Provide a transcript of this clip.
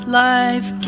life